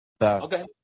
Okay